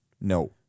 No